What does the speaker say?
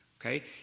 Okay